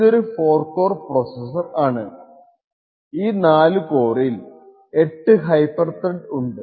ഇതൊരു 4 core processor ആണ് ഈ 4 കോറിൽ 8 ഹൈപ്പർ ത്രെഡ്സ് ഉണ്ട്